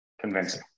convincing